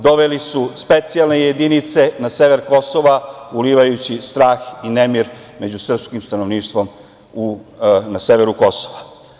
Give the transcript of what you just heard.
Doveli su specijalne jedinice na sever Kosova, ulivajući strah i nemir među srpskim stanovništvom na severu Kosova.